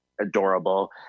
adorable